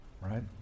right